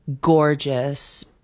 gorgeous